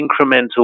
incremental